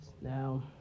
Now